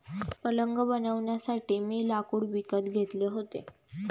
पलंग बनवण्यासाठी मी लाकूड विकत घेतले होते